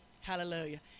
Hallelujah